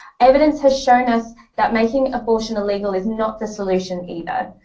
evidence has shown us that making abortion illegal is not the solution either